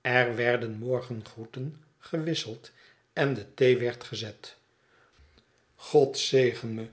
er werden morgengroeten gewisseld en de thee werd gezet god zegen me